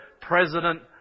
President